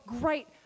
great